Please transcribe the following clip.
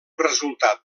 resultat